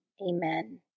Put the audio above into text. Amen